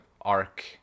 arc